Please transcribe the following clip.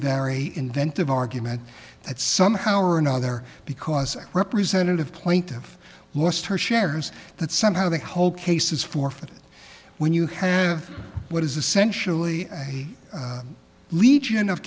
very inventive argument that somehow or another because representative plaintive lost her shares that somehow the whole case is forfeit when you have what is essentially a legion of